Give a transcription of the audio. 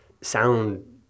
sound